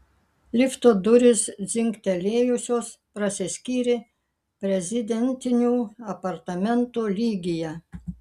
lifto durys dzingtelėjusios prasiskyrė prezidentinių apartamentų lygyje